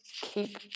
keep